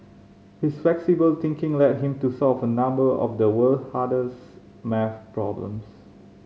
his flexible thinking led him to solve a number of the world hardest maths problems